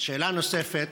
שאלה נוספת: